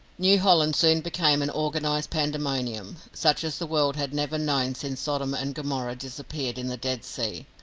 new holland soon became an organised pandemonium, such as the world had never known since sodom and gomorrah disappeared in the dead sea,